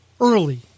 early